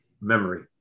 memory